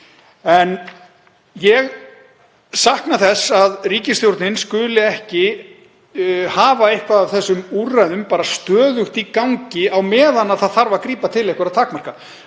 Ég sakna þess að ríkisstjórnin skuli ekki hafa eitthvað af þessum úrræðum stöðugt í gangi á meðan það þarf að grípa til einhverra takmarkana.